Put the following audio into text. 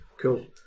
cool